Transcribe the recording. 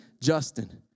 Justin